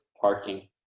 parking